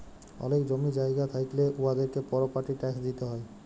অলেক জমি জায়গা থ্যাইকলে উয়াদেরকে পরপার্টি ট্যাক্স দিতে হ্যয়